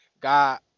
God